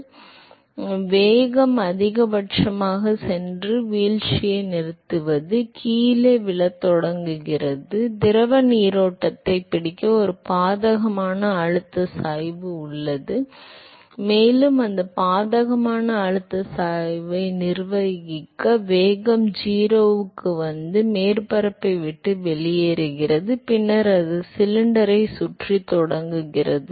எனவே வேகம் அதிகபட்சமாகச் சென்று வீழ்ச்சியை நிறுத்துகிறது கீழே விழத் தொடங்குகிறது மற்றும் மீதமுள்ள திரவ நீரோட்டத்தைப் பிடிக்க ஒரு பாதகமான அழுத்த சாய்வு உள்ளது மேலும் அது பாதகமான அழுத்த சாய்வை நிர்வகிக்க முடியாது எனவே வேகம் 0 க்கு வந்து அது மேற்பரப்பை விட்டு வெளியேறுகிறது பின்னர் அது சிலிண்டரை சுற்றத் தொடங்குகிறது